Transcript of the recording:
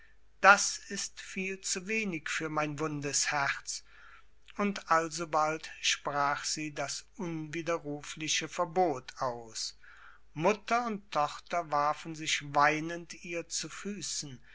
das ist viel zu wenig für mein wundes herz und alsobald sprach sie das unwiderrufliche verbot aus mutter und tochter warfen sich weinend ihr zu füßen